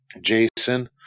Jason